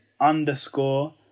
underscore